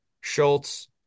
schultz